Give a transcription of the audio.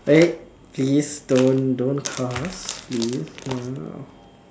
eh please don't don't cuss please ha